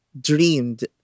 dreamed